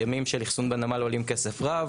הימים של אחסון בנמל עולים כסף רב,